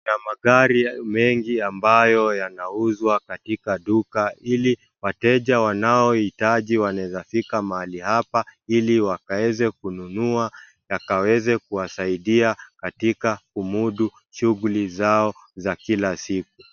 Kuna magari mengi amabayo yanauzwa katika duka hili. Wateja wanaohitaji waneza fika mahali hapa ili wakeze kununua yakaweze kuwasaidia katika kumudu shughuli zao za kila siku.